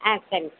ஆ சேரிங்க